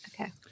Okay